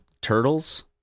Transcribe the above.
Turtles